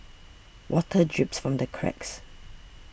water drips from the cracks